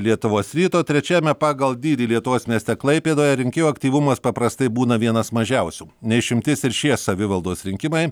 lietuvos ryto trečiajame pagal dydį lietuvos mieste klaipėdoje rinkėjų aktyvumas paprastai būna vienas mažiausių ne išimtis ir šie savivaldos rinkimai